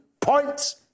points